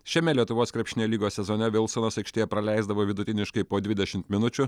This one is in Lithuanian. šiame lietuvos krepšinio lygos sezone vilsonas aikštėje praleisdavo vidutiniškai po dvidešimt minučių